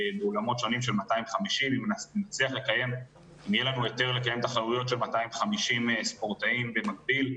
שונים של 250. אם יהיה לנו היתר לקיים תחרויות של 250 ספורטאים במקביל,